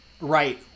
Right